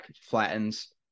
flattens